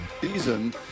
season